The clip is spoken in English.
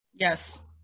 Yes